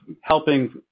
helping